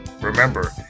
Remember